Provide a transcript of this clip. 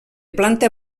planta